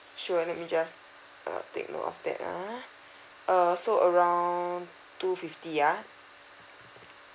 sure let me just uh take note of that ah uh so aeound two fifty yeah